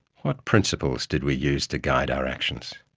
what principles did we use to guide our actions?